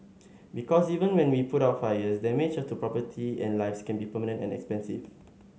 because even when we can put out the fires damage to property and lives can be permanent and expensive